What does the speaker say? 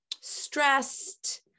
stressed